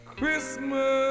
Christmas